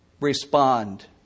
respond